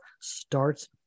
starts